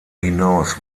hinaus